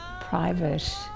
private